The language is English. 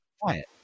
Quiet